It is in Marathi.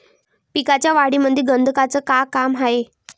पिकाच्या वाढीमंदी गंधकाचं का काम हाये?